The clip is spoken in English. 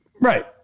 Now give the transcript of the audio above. Right